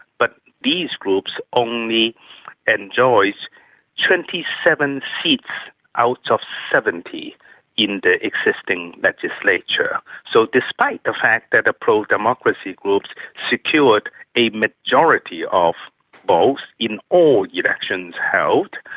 but these groups only enjoyed twenty seven out of seventy in the existing legislature. so despite the fact that the pro-democracy groups secured a majority of votes in all elections held,